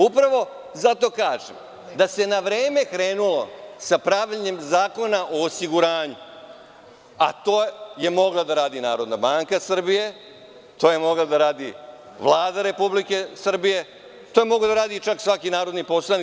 Upravo zato kažem da se na vreme krenulo sa pravljenjem zakona o osiguranju, a to je mogla da radi Narodna banka Srbije, to je mogla da radi Vlada Republike Srbije, to je mogao čak da radi i svaki narodni poslanik.